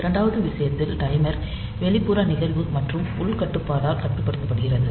இரண்டாவது விஷயத்தில் டைமர் வெளிப்புற நிகழ்வு மற்றும் உள் கட்டுப்பாடால் கட்டுப்படுத்தப்படுகிறது